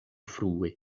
frue